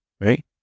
right